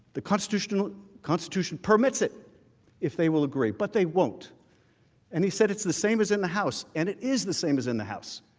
the constitutional constitution permits it if they will agree but they won't and he said it's the same as in the house and it is the same as in the house